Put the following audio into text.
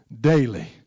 daily